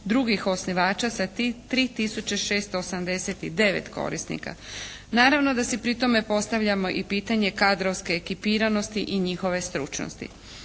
drugih osnivača sa 3 tisuće 689 korisnika. Naravno da si pri tome postavljamo i pitanje kadrovske ekipiranosti i njihove stručnosti.